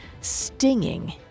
stinging